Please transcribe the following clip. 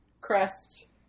crest